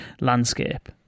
landscape